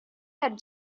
had